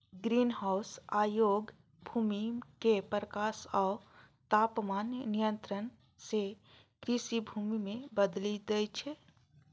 greenhouse अयोग्य भूमि कें प्रकाश आ तापमान नियंत्रण सं कृषि भूमि मे बदलि दै छै